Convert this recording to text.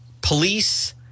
police